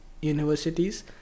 universities